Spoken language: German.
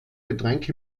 getränk